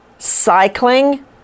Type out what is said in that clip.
cycling